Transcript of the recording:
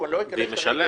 אני לא אכנס לזה,